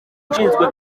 ushinzwe